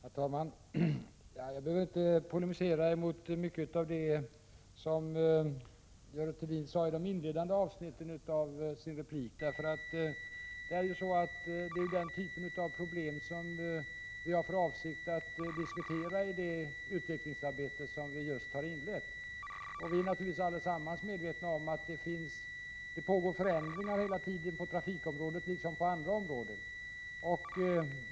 Herr talman! Jag behöver inte polemisera mot mycket av det som Görel Thurdin sade i de inledande avsnitten av sin replik. Hon tog där upp den typ av problem som vi har för avsikt att diskutera i det utvecklingsarbete som vi just har inlett. Vi är naturligtvis allesammans medvetna om att det hela tiden sker förändringar på trafikområdet liksom på andra områden.